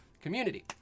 community